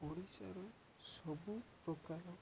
ଓଡ଼ିଶାର ସବୁ ପ୍ରକାରର